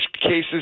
cases